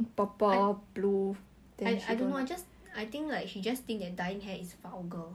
我都没有 I think everyone is different